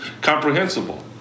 comprehensible